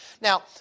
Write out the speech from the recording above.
Now